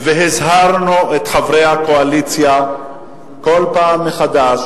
והזהרנו את חברי הקואליציה כל פעם מחדש,